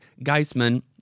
Geisman